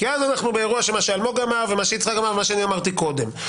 כי אז אנחנו באירוע שמה שאלמוג אמר ומה שיצחק אמר ומה שאני אמרתי קודם.